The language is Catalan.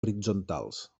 horitzontals